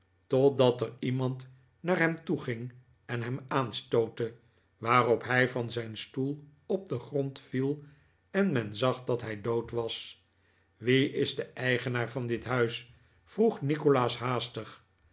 totdat er iemand naar hem toe ging en hem aanstootte waarop hij van zijn stoel op den grond viel en men zag dat hij dood was wie is de eigenaar van dit huis vroeg nikolaas haastig